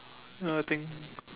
ya I think